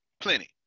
Plenty